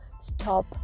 stop